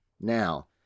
Now